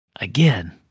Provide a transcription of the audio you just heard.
again